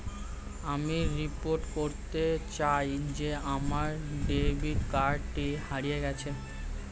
আমি রিপোর্ট করতে চাই যে আমার ডেবিট কার্ডটি হারিয়ে গেছে